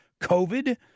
covid